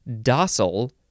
docile